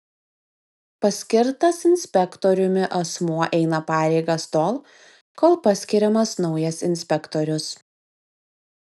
paskirtas inspektoriumi asmuo eina pareigas tol kol paskiriamas naujas inspektorius